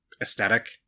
aesthetic